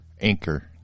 anchor